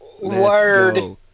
word